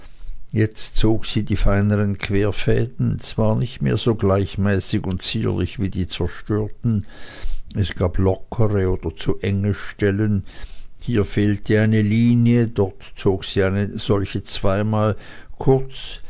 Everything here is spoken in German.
jetzt zog sie die feineren querfäden zwar nicht mehr so gleichmäßig und zierlich wie die zerstörten es gab lockere oder zu enge stellen hier fehlte eine linie dort zog sie eine solche zweimal kurz